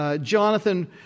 Jonathan